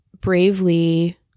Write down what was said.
bravely